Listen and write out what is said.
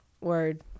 Word